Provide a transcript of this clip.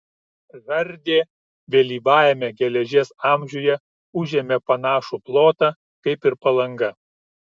žardė vėlyvajame geležies amžiuje užėmė panašų plotą kaip ir palanga